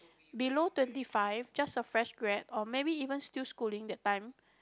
below twenty five just a fresh grad or maybe even still schooling that time